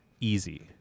easy